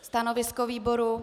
Stanovisko výboru?